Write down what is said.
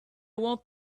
won’t